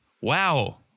wow